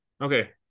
okay